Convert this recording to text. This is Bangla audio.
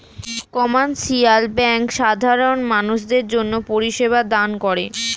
কমার্শিয়াল ব্যাঙ্ক সাধারণ মানুষদের জন্যে পরিষেবা দান করে